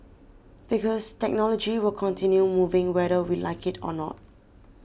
because technology will continue moving whether we like it or not